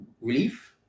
Relief